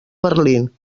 berlín